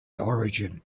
origin